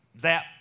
zap